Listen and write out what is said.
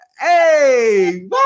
hey